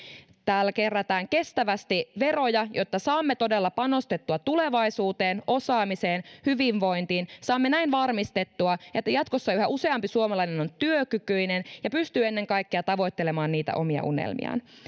täällä kerätään kestävästi veroja jotta saamme todella panostettua tulevaisuuteen osaamiseen hyvinvointiin saamme näin varmistettua että jatkossa yhä useampi suomalainen on työkykyinen ja pystyy ennen kaikkea tavoittelemaan niitä omia unelmiaan